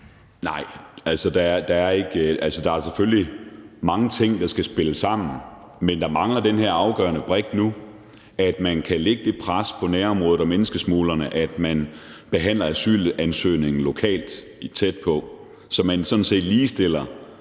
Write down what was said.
altså, der er selvfølgelig mange ting, der skal spille sammen, men der mangler nu den her afgørende brik, at man kan lægge det pres på nærområdet og menneskesmuglerne, at man behandler asylansøgningen lokalt og tæt på, så man sådan